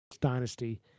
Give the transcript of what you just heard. ...dynasty